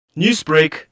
newsbreak